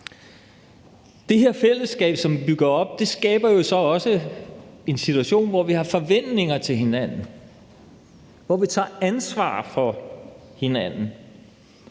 Det her fællesskab, som vi bygger op, skaber så også en situation, hvor vi har forventninger til hinanden, hvor vi tager ansvar for hinanden,